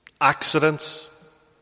accidents